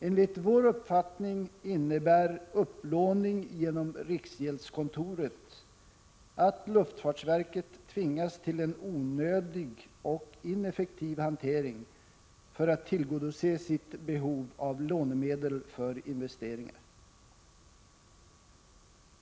Enligt vår mening innebär upplåning genom riksgäldskontoret att luftfartsverket tvingas till en onödig och ineffektiv hantering för att tillgodose sitt behov av lånemedel för investeringar.